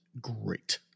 great